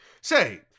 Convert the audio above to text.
Say